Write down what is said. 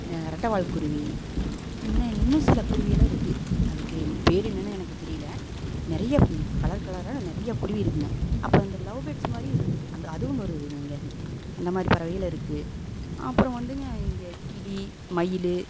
ரெட்டை வால் குருவி இன்ன இன்னும் சில குருவிலாம் இருக்குது அதுக்கு பேர் என்னனு எனக்கு தெரியல நிறைய கலர் கலரான நிறைய குருவி இருக்குங்க அப்போப இந்த லவ் பேட்ஸ் மாதிரி இருக்குது அந்த அதுவும் வருதுங்க இங்கே அந்தமாதிரி பறவைகள் இருக்குது அப்றம் வந்துங்க இங்க கிளி மயில்